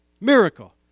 Miracle